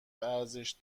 ارزش